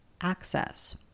access